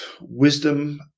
wisdom